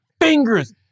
fingers